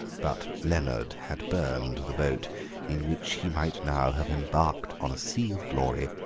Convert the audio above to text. but leonard had burned the boat in which he might now have embarked on a sea of glory.